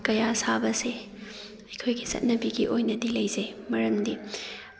ꯀꯌꯥ ꯁꯥꯕꯁꯦ ꯑꯩꯈꯣꯏꯒꯤ ꯆꯠꯅꯕꯤꯒꯤ ꯑꯣꯏꯅꯗꯤ ꯂꯩꯖꯩ ꯃꯔꯝꯗꯤ